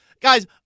Guys